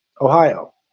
Ohio